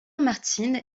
martin